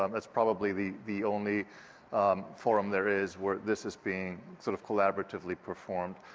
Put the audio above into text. um it's probably the the only forum there is where this is being, sort of collaboratively performed.